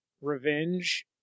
revenge